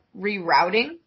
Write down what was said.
rerouting